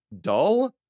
dull